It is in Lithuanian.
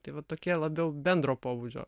tai va tokie labiau bendro pobūdžio